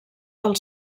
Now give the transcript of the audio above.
del